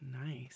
Nice